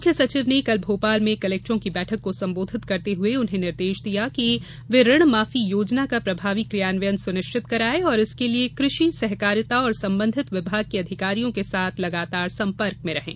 मुख्य सचिव ने कल भोपाल में कलेक्टरों की बैठक को संबोधित करते हुए उन्हें निर्देश दिये कि वे ऋण माफी योजना का प्रभावी कियान्वयन सुनिश्चित कराये और इसके लिये कृषि सहकारिता और संबंधित विभाग के अधिकारियों के साथ लगातार संपर्क में रहें